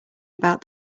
about